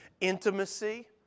intimacy